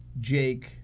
Jake